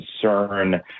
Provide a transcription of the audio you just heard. concern